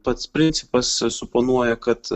pats principas suponuoja kad